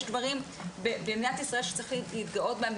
יש דברים במדינת ישראל שצריך להתגאות בהם,